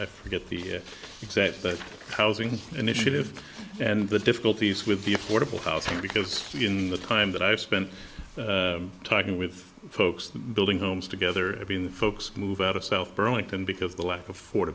i forget the exact but housing initiative and the difficulties with the affordable housing because in the time that i've spent talking with folks building homes together i mean folks move out of self burlington because of the lack of for